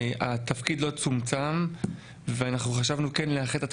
התפקיד לא צומצם ואנחנו חשבנו כן לאחד את התפקידים,